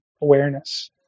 awareness